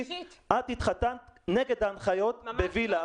את התחתנת נגד ההנחיות בווילה.